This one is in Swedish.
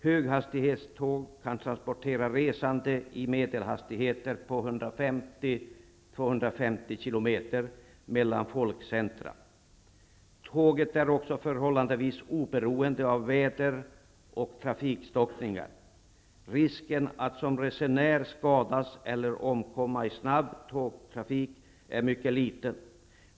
Höghastighetståg kan transportera resande i medelhastigheter på 150-- 250 km i timmen mellan folkcentra. Tåget är också förhållandevis oberoende av väder och trafikstockningar. Risken att som resenär skadas eller omkomma i snabbtågtrafik är mycket liten.